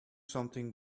something